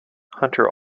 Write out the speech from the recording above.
hunter